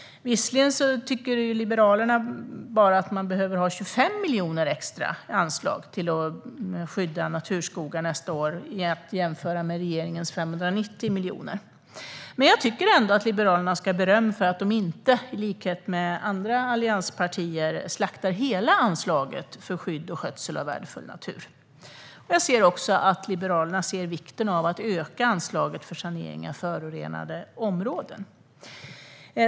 Visserligen tycker Liberalerna att det bara behövs 25 miljoner extra i anslag för att skydda naturskogarna nästa år. Det kan jämföras med regeringens 590 miljoner. Jag tycker ändå att Liberalerna ska ha beröm för att de inte, till skillnad från andra allianspartier, slaktar hela anslaget för skydd och skötsel av värdefull natur. Liberalerna ser också vikten av att öka anslaget för sanering av förorenade områden.